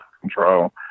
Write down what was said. control